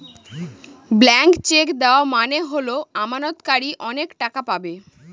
blank cheque দেওয়া মানে হল আমানতকারী অনেক টাকা পাবে